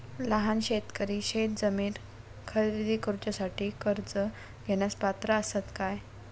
लहान शेतकरी शेतजमीन खरेदी करुच्यासाठी कर्ज घेण्यास पात्र असात काय?